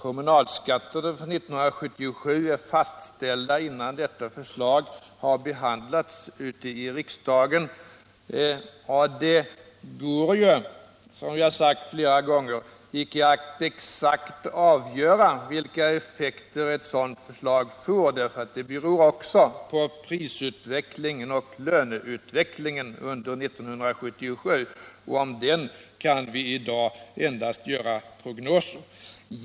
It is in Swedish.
Kommunalskatterna för 1977 är fastställda innan detta förslag har behandlats i riksdagen. Det går ju, som jag har sagt flera gånger, icke att exakt avgöra vilka effekter ett sådant förslag får, för det beror också på prisoch löneutvecklingen under 1977, och för den kan vi i dag endast göra prognoser.